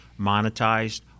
monetized